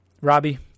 Robbie